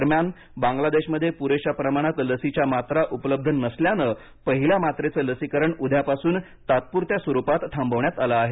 दरम्यान बांगलादेशमध्ये पुरेशा प्रमाणात लसीच्या मात्रा उपलब्ध नसल्याने पहिल्या मात्रेचं लसीकरण उद्यापासून तात्पुरत्या स्वरुपात थांबवण्यात आलं आहे